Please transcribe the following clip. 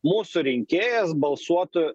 mūsų rinkėjas balsuotų